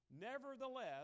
Nevertheless